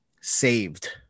saved